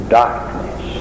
darkness